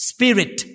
Spirit